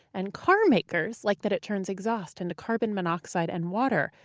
and carmakers like that it turns exhaust into carbon dioxide and water.